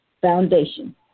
foundation